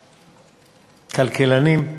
כלכלנים,